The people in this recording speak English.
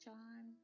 John